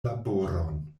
laboron